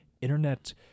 internet